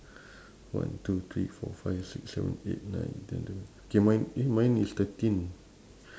one two three four five six seven eight nine ten eleven K mine eh mine is thirteen